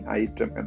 item